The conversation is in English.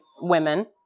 women